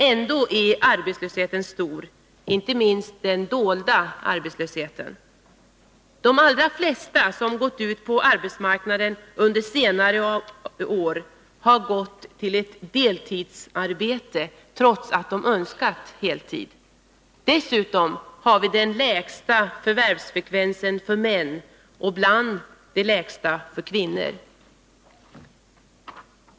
Ändå är arbeslösheten stor, inte minst den dolda De allra flesta som gått ut på arbetsmarknaden under senare år har gått till ett deltidsarbete, trots att de önskat heltid. Dessutom har vi den lägsta förvärvsfrekvensen för män och bland de lägsta för kvinnor.